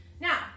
Now